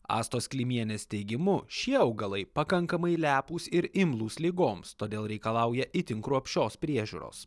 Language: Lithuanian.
astos klimienės teigimu šie augalai pakankamai lepūs ir imlūs ligoms todėl reikalauja itin kruopščios priežiūros